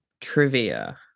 trivia